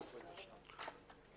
בבקשה,